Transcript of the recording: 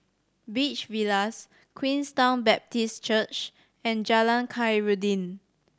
Beach Villas Queenstown Baptist Church and Jalan Khairuddin